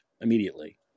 immediately